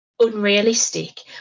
unrealistic